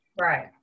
Right